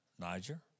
Niger